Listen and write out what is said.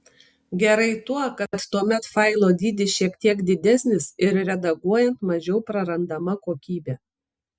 gerai tuo kad tuomet failo dydis šiek tiek didesnis ir redaguojant mažiau prarandama kokybė